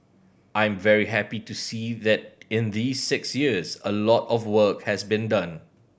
I'm very happy to see that in these six years a lot of work has been done